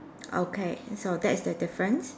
okay so that is the difference